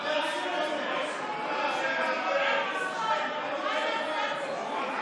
הודעת הממשלה על שינוי בחלוקת התפקידים בין השרים נתקבלה.